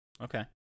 Okay